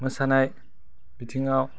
मोसानाय बिथिङाव